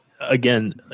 again